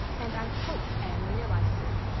and i hope anne realizes, it.